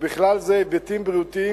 ובכלל זה היבטים בריאותיים,